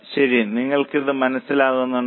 ശരി നിങ്ങൾക്കിത് മനസ്സിലാകുന്നുണ്ടോ